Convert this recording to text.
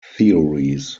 theories